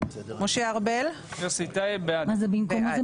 משה ארבל מי במקומו?